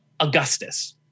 Augustus